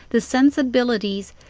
the sensibilities,